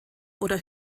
oder